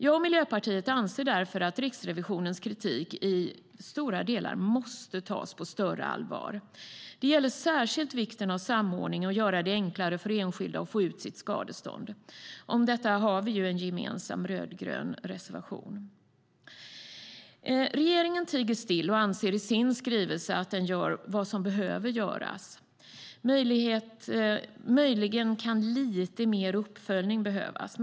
Jag och Miljöpartiet anser därför att Riksrevisionens kritik i stora delar måste tas på större allvar. Det gäller särskilt vikten av samordning och att göra det enklare för enskilda att få ut sitt skadestånd. Om detta har vi en gemensam rödgrön reservation. Regeringen tiger still och anser i sin skrivelse att den gör vad som behöver göras. Möjligen kan lite mer uppföljning behövas.